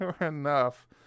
enough